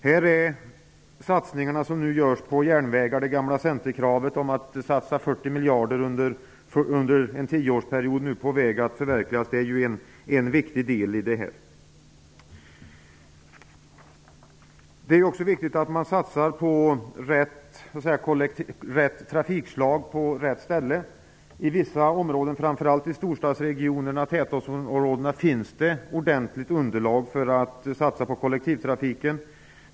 Det görs nu satsningar på järnvägarna. Det gamla centerkravet att 40 miljarder skall satsas under en tioårsperiod är nu på väg att förverkligas, och det är en viktig del i detta. Det är också viktigt att man satsar på rätt trafikslag på rätt ställe. I vissa områden, framför allt i storstadsregionerna och i tätortsområdena, finns det ordentligt underlag för att satsa på kollektivtrafik.